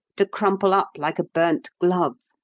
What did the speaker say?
to crumple up like a burnt glove,